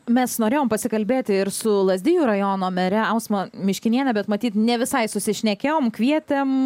mes norėjom pasikalbėti ir su lazdijų rajono mere ausma miškiniene bet matyt ne visai susišnekėjom kvietėm